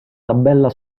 tabella